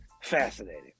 fascinating